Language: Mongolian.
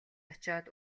очоод